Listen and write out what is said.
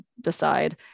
decide